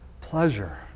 pleasure